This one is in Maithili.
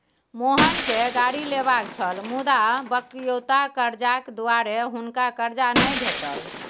मोहनकेँ गाड़ी लेबाक छल मुदा बकिऔता करजाक दुआरे हुनका करजा नहि भेटल